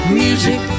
music